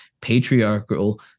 patriarchal